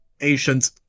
ancient